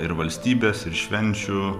ir valstybės ir švenčių